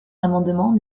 l’amendement